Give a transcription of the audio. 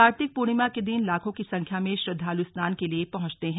कार्तिक पूर्णिमा के दिन लाखों की संख्या में श्रद्धालु स्नान के लिए पहुंचते हैं